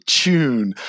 tune